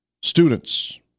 students